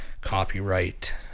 copyright